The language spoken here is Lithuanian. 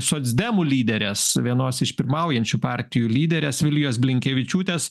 socdemų lyderės vienos iš pirmaujančių partijų lyderės vilijos blinkevičiūtės